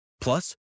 Plus